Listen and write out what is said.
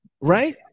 right